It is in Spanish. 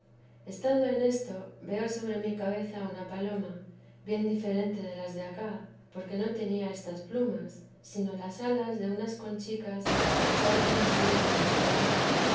estando en esto veo sobre mi cabeza una paloma bien diferente de las de acá porque no tenía estas plumas sino las alas de unas conchicas que echaban de si gran resplandor